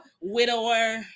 Widower